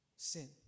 Sin